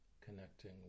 connecting